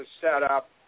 setup